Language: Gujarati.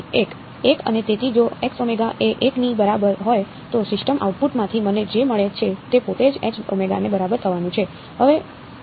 1 અને તેથી જો એ 1 ની બરાબર હોય તો સિસ્ટમ આઉટપુટમાંથી મને જે મળે છે તે પોતે જ ને બરાબર થવાનું છે